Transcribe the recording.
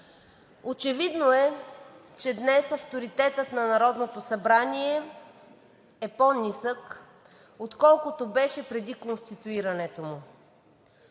Очевидно е, че днес авторитетът на Народното събрание е по-нисък, отколкото беше преди конституирането му.